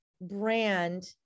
brand